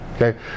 Okay